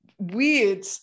weird